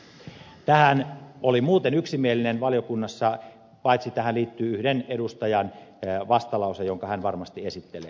tämän käsittely oli valiokunnassa muuten yksimielinen paitsi että tähän liittyy yhden edustajan vastalause jonka hän varmasti esittelee